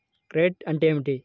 Credit అంటే ఏమిటి?